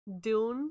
Dune